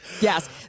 Yes